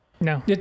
No